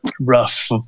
rough